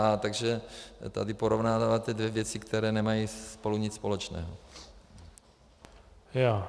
Takže tady porovnáváte dvě věci, které nemají spolu nic společného.